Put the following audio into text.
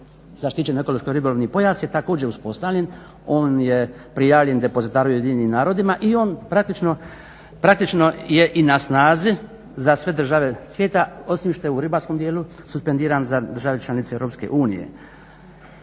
zaštićeno ekološki ribolovni pojas je također uspostavljen, on je prijavljen depozitaru UN i on praktično je i na snazi za sve države svijeta osim što je u ribarskom djelu suspendiran za države članice EU. Nadalje